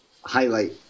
highlight